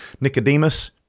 Nicodemus